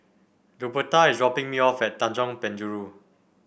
Luberta is dropping me off at Tanjong Penjuru